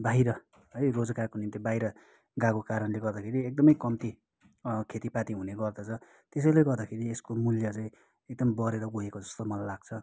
बाहिर है रोजगारको निम्ति बाहिर गएको कारणले गर्दाखेरि एकदमै कम्ती खेतीपाती हुने गर्दछ त्यसैले गर्दाखेरि यसको मूल्य चाहिँ एकदम बढेर गएको जस्तो मलाई लाग्छ